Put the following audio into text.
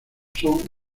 son